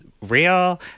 real